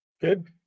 good